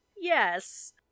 Yes